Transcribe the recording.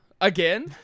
again